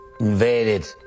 invaded